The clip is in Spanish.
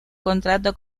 contrato